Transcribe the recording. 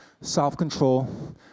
self-control